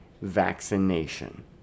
vaccination